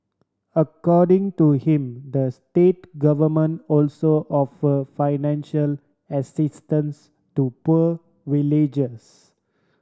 according to him the state government also offer financial assistance to poor villagers